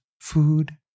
food